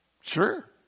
Sure